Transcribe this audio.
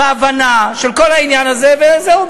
בהבנה של כל העניין הזה, וזהו.